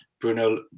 Bruno